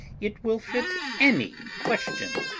it will fit any question.